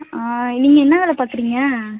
நீங்கள் என்ன வேலை பார்க்குறீங்க